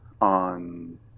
on